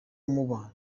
muba